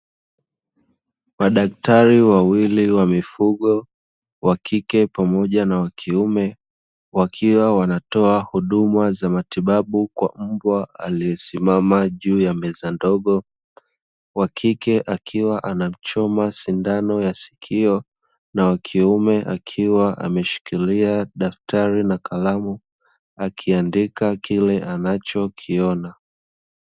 Madaktari mawili wa mifugo "wa kike pamoja na wa kiume", wakiwa wanatoa huduma za matibabu kwa mbwa aliyesimama juu ya meza ndogo. Wa kike akiwa anamchoma sindano ya sikio na wa kiume akiwa ameshikilia daftari na kalamu, akiandika kile anachokiona.